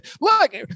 Look